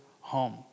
home